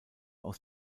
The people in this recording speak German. aus